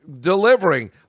delivering